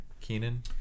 Kenan